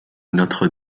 notre